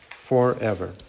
forever